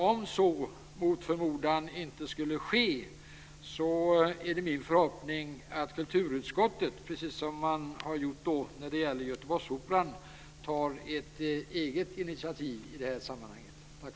Om så mot förmodan inte skulle ske är det min förhoppning att kulturutskottet, liksom man har gjort när det gäller Göteborgsoperan, tar ett eget initiativ i sammanhanget.